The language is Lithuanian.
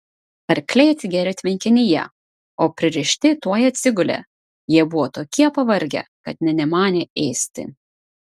arkliai atsigėrė tvenkinyje o pririšti tuoj atsigulė jie buvo tokie pavargę kad nė nemanė ėsti